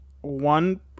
one